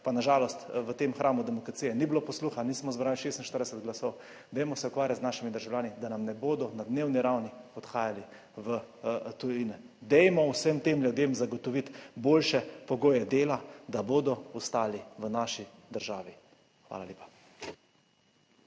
pa na žalost v tem hramu demokracije ni bilo posluha, nismo zbrali 46 glasov. Dajmo se ukvarjati z našimi državljani, da nam ne bodo na dnevni ravni odhajali v tujino, dajmo vsem tem ljudem zagotoviti boljše pogoje dela, da bodo ostali v naši državi. Hvala lepa.